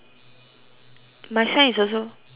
my sign is also yours is what